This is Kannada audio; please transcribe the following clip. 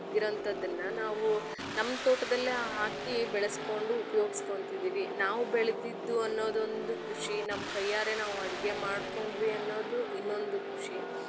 ಗಿರಂಥದ್ದನ್ನು ನಾವು ನಮ್ಮ ತೋಟದಲ್ಲೇ ಹಾಕಿ ಬೆಳೆಸ್ಕೊಂಡು ಉಪಯೋಗ್ಸ್ಕೊಂತಿದೀವಿ ನಾವು ಬೆಳೆದಿದ್ದು ಅನ್ನೋದು ಒಂದು ಖುಷಿ ನಮ್ಮ ಕೈಯಾರೆ ನಾವು ಅಡಿಗೆ ಮಾಡಿಕೊಂಡ್ವಿ ಅನ್ನೋದು ಇನ್ನೊಂದು ಖುಷಿ